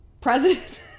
President